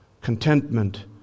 contentment